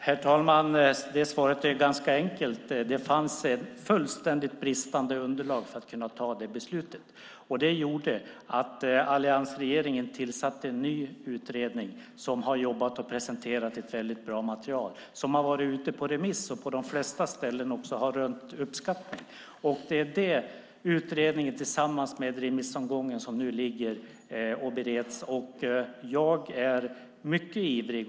Herr talman! Det svaret är ganska enkelt. Det fanns ett alldeles för bristande underlag för att kunna ta det beslutet. Det gjorde att alliansregeringen tillsatte en ny utredning som har jobbat och presenterat ett väldigt bra material, som har varit ute på remiss och på de flesta ställen också rönt uppskattning. Det är den utredningen tillsammans med remissomgången som nu bereds. Jag är mycket ivrig.